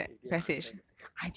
you didn't understand the second half